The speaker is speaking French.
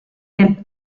est